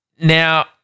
Now